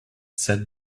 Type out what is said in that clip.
said